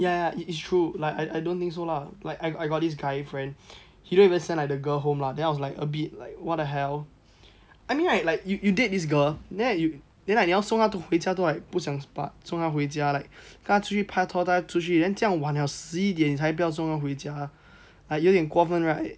ya ya it's true like I don't think so lah like I got this guy friend he don't even send like the girl home lah then I was like a bit like what the hell I mean right like yo~you date this girl then you like 你要送她回家都 like 都不想把送她回家 like 跟她出去 pak tor 带她出去 then 这样晚了都十一点才不要送她回家 like 有点过分 right